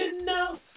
enough